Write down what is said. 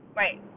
right